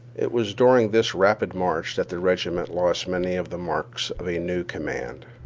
it was during this rapid march that the regiment lost many of the marks of a new command.